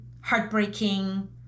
heartbreaking